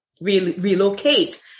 Relocate